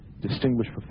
Distinguished